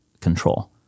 control